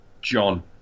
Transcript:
John